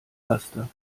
laster